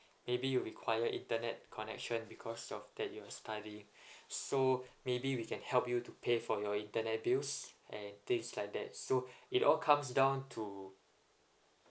maybe you require internet connection because of that you're studying so maybe we can help you to pay for your internet bills and things like that so it all comes down to